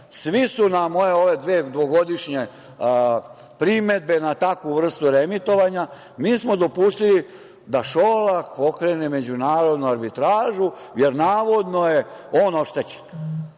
svi su na moje ove dvogodišnje primedbe na takvu vrstu reemitovanja, mi smo dopustili da Šolak pokrene međunarodnu arbitražu, jer navodno je on oštećen.